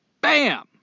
Bam